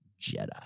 Jedi